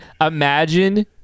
imagine